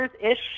ish